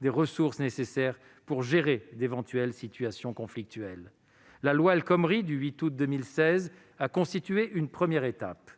des ressources nécessaires pour gérer d'éventuelles situations conflictuelles. La loi El Khomri du 8 août 2016 a constitué une première étape.